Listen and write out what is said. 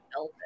elvis